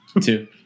two